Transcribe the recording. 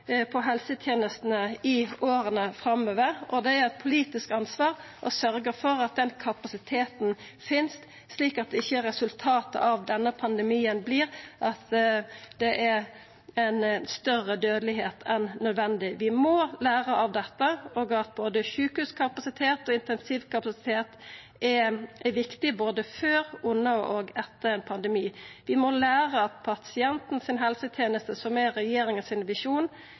på helsetenestene i åra framover. Det er eit politisk ansvar å sørgja for at den kapasiteten finst, slik at ikkje resultatet av denne pandemien vert at det er ei større dødelegheit enn nødvendig. Vi må læra av dette. Både sjukehuskapasitet og intensivkapasitet er viktig både før, under og etter ein pandemi. Vi må læra at pasientens helseteneste, som er regjeringa sin visjon,